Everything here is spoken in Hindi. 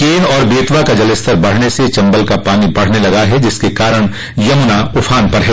केन और बेतवा का जलस्तर बढ़ने से चम्बल का पानी बढ़ने लगा है जिसके कारण यमूना उफान पर है